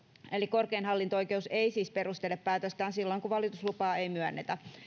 korkein hallinto oikeus ei siis perustele päätöstään silloin kun valituslupaa ei myönnetä